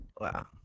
Wow